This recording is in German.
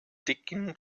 dicken